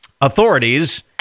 Authorities